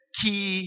key